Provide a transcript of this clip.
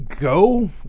go